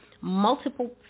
multiple